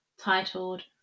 titled